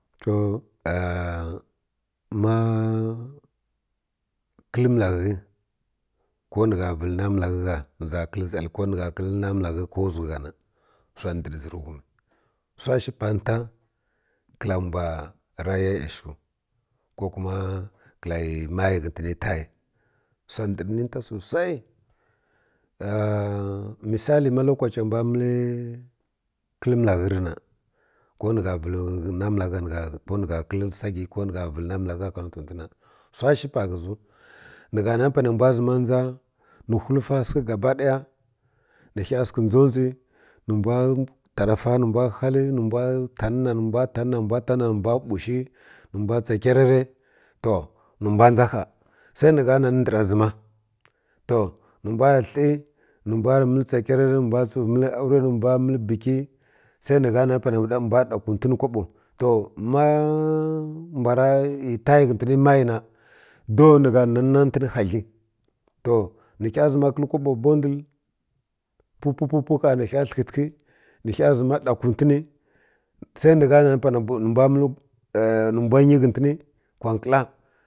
To ma kel məlaghə ko bi gha vəl naməlaghə gha ni za kel zal ko nə gha vel naməlaghə ko zwigə wsa ndəri zi rə ghum wsa shi pa nta kəl mbw ra ya yasə kiv ko kuma kəl yi mayi ko bayi wsa ndər nita susai misali ma lokace mbw məl kəl məlaghə rə na ko nə gha kəl səkə ko ni gha vəl naməlaghə ka nontə ndw na wsa shi pa ghə ziw ni gha na ni panə mbw zəma dʒa ni whulfi səkə gaba ɗaga ni ghə səkə dʒo dʒi ni mbw ta ɗa fa ni mbw hal na mbw ba na ni mbw ta na ni mbw bushi ni mbw tsa yarətə to ni mbw dʒa gha sai ni gha ndər zi ma to ni mbw həy ni mbw rə məl tsa kərərə ni mbw məl bəki sai ni gha na ni panə mbw ɗa kwunti ni kaɓo to ma mbw ra iy tayi ghəntini ni mayi na dow na gha han na tən hadlə to ni ghə zəma kəl kobo bow mbi pw pw pw pwi gha ni ghə həti ni ghə zəma ɗa kuntə ni sai ni gha na ni panə mbw ni mbw məl ni mbw nyi ghətən kwa nkla